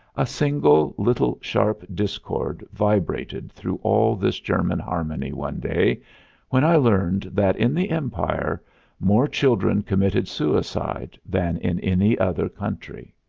a single little sharp discord vibrated through all this german harmony one day when i learned that in the empire more children committed suicide than in any other country.